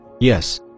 Yes